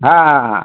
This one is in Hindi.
हाँ